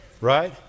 Right